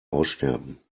aussterben